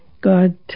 God